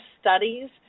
studies